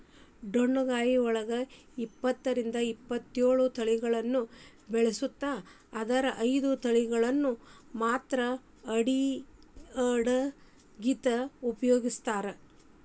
ಡೊಣ್ಣಗಾಯಿದೊಳಗ ಇಪ್ಪತ್ತರಿಂದ ಇಪ್ಪತ್ತೇಳು ತಳಿಗಳನ್ನ ಬೆಳಿಸ್ತಾರ ಆದರ ಐದು ತಳಿಗಳನ್ನ ಮಾತ್ರ ಅಡುಗಿಗ ಉಪಯೋಗಿಸ್ತ್ರಾರ